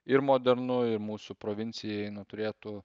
ir modernu ir mūsų provincijai nu turėtų